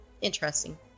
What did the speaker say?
interesting